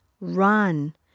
run